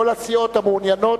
כל הסיעות המעוניינות,